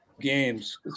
games